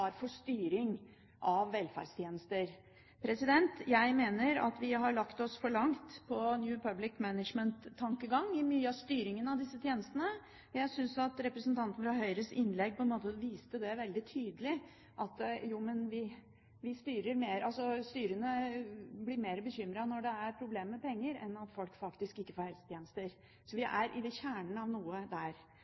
for styring av velferdstjenester. Jeg mener at vi har lagt oss for langt i tankegangen til «New Public Management» i mye av styringen av disse tjenestene. Jeg synes at innlegget til representanten fra Høyre på en måte viste veldig tydelig at styrene blir mer bekymret når det er problemer med penger, enn for at folk faktisk ikke får helsetjenester. Vi er ved kjernen av noe der.